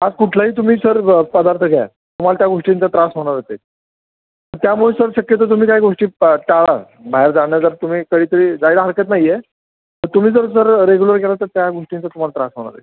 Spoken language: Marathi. आज कुठलाही तुम्ही सर पदार्थ घ्या तुम्हाला त्या गोष्टींचा त्रास होणारच आहे त्यामुळे सर शक्यतो तुम्ही काही गोष्टी ट टाळा बाहेर जाणं जर तुम्ही कधीतरी जायला हरकत नाही आहे तर तुम्ही जर सर रेग्युलर केलं तर त्या गोष्टींचा तुम्हाला त्रास होणार